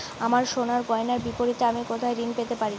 আমার সোনার গয়নার বিপরীতে আমি কোথায় ঋণ পেতে পারি?